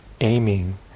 aiming